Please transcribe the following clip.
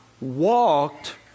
walked